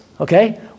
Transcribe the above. okay